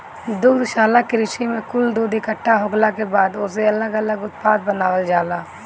दुग्धशाला कृषि में कुल दूध इकट्ठा होखला के बाद ओसे अलग लग उत्पाद बनावल जाला